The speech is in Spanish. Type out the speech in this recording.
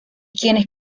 quienes